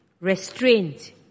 restraint